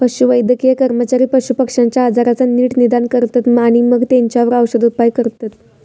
पशुवैद्यकीय कर्मचारी पशुपक्ष्यांच्या आजाराचा नीट निदान करतत आणि मगे तेंच्यावर औषदउपाय करतत